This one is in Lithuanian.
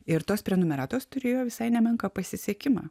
ir tos prenumeratos turėjo visai nemenką pasisekimą